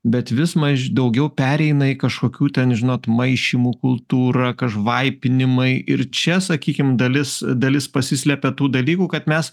bet vis maž daugiau pereina į kažkokių ten žinot maišymų kultūrą vaipinimai ir čia sakykim dalis dalis pasislepia tų dalykų kad mes